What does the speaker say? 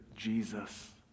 Jesus